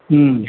ம்